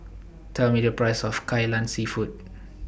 Tell Me The Price of Kai Lan Seafood